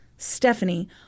Stephanie